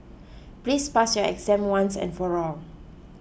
please pass your exam once and for all